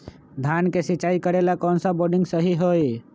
धान के सिचाई करे ला कौन सा बोर्डिंग सही होई?